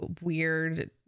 weird